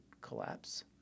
collapse